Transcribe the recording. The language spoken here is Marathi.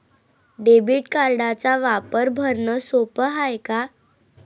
डेबिट कार्डचा वापर भरनं सोप हाय का?